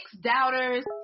doubters